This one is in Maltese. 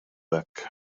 hekk